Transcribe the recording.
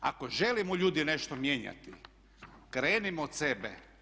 Ako želimo ljudi nešto mijenjati krenimo od sebe.